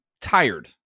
tired